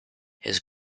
his